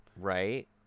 Right